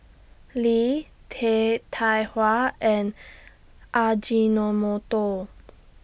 Lee Tai Hua and Ajinomoto